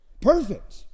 Perfect